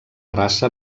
raça